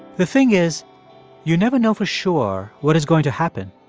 the thing, is you never know for sure what is going to happen.